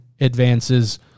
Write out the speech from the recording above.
advances